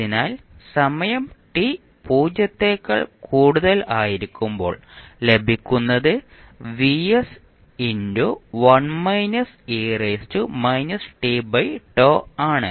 അതിനാൽ സമയം t പൂജ്യത്തേക്കാൾ കൂടുതൽ ആയിരിക്കുമ്പോൾ ലഭിക്കുന്നത് ആണ്